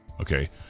okay